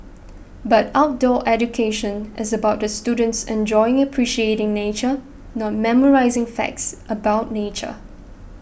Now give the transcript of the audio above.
but outdoor education is about the students enjoying appreciating nature not memorising facts about nature